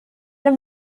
him